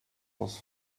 was